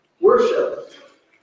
worship